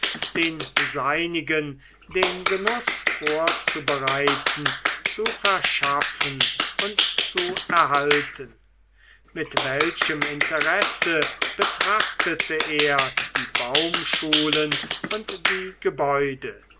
den seinigen den genuß vorzubereiten zu verschaffen und zu erhalten mit welchem interesse betrachtete er die baumschulen und die gebäude